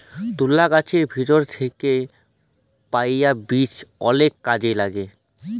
তুলা গাহাচের ভিতর থ্যাইকে পাউয়া বীজ অলেক কাজে ল্যাগে